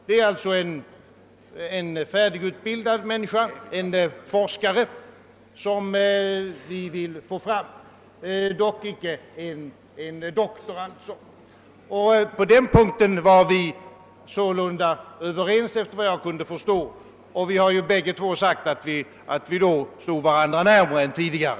Det är alltså en färdigutbildad forskare vi på detta sätt vill få fram, dock icke en doktor. På den punkten var vi sålunda överens efter vad jag kunde förstå, och vi har ju bägge två sagt att vi efter dessa klarlägganden stod varandra närmare än tidigare.